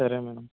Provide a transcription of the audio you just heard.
సరే మేడం